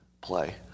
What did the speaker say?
play